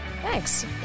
Thanks